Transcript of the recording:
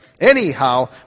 anyhow